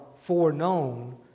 foreknown